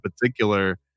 particular